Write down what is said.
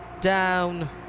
down